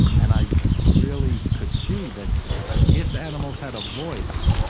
and i really could see that if animals had a voice,